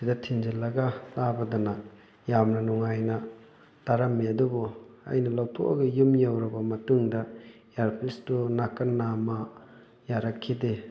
ꯁꯤꯗ ꯊꯤꯟꯖꯜꯂꯒ ꯇꯥꯕꯗꯅ ꯌꯥꯝꯅ ꯅꯨꯡꯉꯥꯏꯅ ꯇꯥꯔꯝꯃꯤ ꯑꯗꯨꯕꯨ ꯑꯩꯅ ꯂꯧꯊꯣꯛꯑꯒ ꯌꯨꯝ ꯌꯧꯔꯕ ꯃꯇꯨꯡꯗ ꯏꯌꯥꯔꯄꯤꯁꯇꯨ ꯅꯥꯀꯟ ꯅꯥꯝꯃ ꯌꯥꯔꯛꯈꯤꯗꯦ